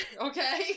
Okay